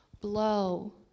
blow